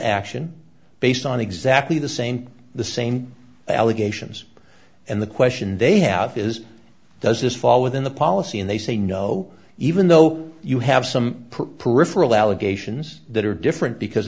action based on exactly the same the same allegations and the question they have is does this fall within the policy and they say no even though you have some peripheral allegations that are different because